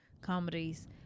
comedies